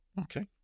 Okay